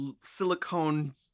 silicone